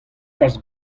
kalz